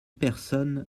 personnes